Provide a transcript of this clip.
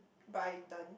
Brighton